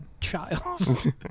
child